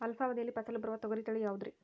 ಅಲ್ಪಾವಧಿಯಲ್ಲಿ ಫಸಲು ಬರುವ ತೊಗರಿ ತಳಿ ಯಾವುದುರಿ?